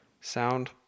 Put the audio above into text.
sound